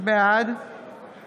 בעד